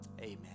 Amen